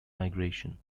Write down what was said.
migration